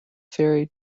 ferry